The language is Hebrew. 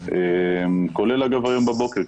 כולל היום בבוקר,